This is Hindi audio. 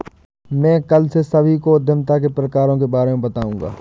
मैं कल से सभी को उद्यमिता के प्रकारों के बारे में बताऊँगा